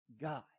God